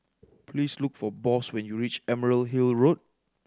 please look for Boss when you reach Emerald Hill Road